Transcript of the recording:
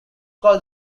called